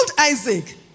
Isaac